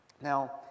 Now